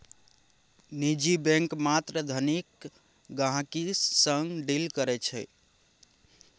निजी बैंक मात्र धनिक गहिंकी सँ डील करै छै